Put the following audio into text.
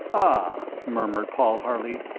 ah, murmured paul harley,